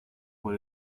por